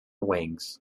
wings